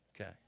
Okay